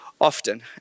often